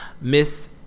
Miss